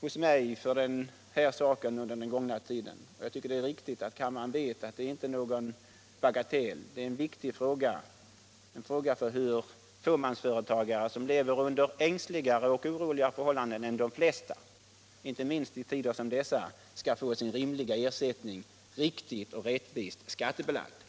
hos mig för den här sakens skull under den gångna tiden. Jag tycker att det är viktigt att kammaren vet att detta inte är någon bagatell. Det är en viktig fråga hur fåmansföretagare, som mer än de flesta andra lever under förhållanden som skapar ängslan och oro — inte minst i tider som dessa —, skall få sin rimliga ersättning riktigt och rättvist skattebelagd.